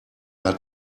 hat